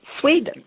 Sweden